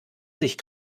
sich